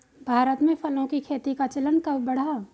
भारत में फलों की खेती का चलन कब बढ़ा?